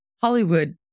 Hollywood